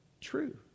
true